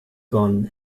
gone